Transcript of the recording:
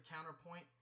counterpoint